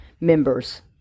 members